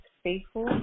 faithful